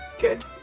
Good